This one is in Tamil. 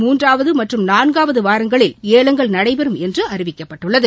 மூன்றாவது மற்றும் நான்காவது வாரங்களில் ஏலங்கள் நடைபெறும் என்று அறிவிக்கப்பட்டுள்ளது